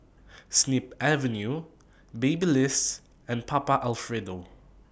Snip Avenue Babyliss and Papa Alfredo